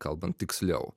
kalbant tiksliau